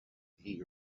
eat